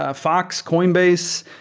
ah fox, coinbase,